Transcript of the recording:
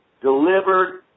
delivered